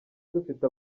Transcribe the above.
dufite